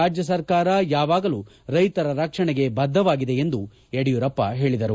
ರಾಜ್ಯ ಸರ್ಕಾರ ಯಾವಾಗಲೂ ರೈತರ ರಕ್ಷಣೆಗೆ ಬದ್ಧವಾಗಿದೆ ಎಂದು ಯಡಿಯೂರಪ್ಪ ಹೇಳಿದರು